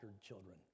children